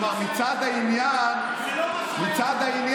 זה לא מה שהיה.